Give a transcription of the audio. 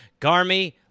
Garmy